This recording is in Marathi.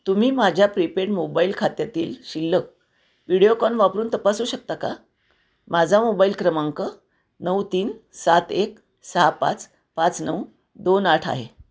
तुम्ही माझ्या प्रीपेड मोबाईल खात्यातील शिल्लक व्हिडिओकॉन वापरून तपासू शकता का माझा मोबाईल क्रमांक नऊ तीन सात एक सहा पाच पाच नऊ दोन आठ आहे